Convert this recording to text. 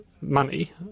money